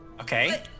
Okay